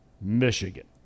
Michigan